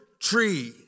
tree